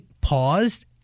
paused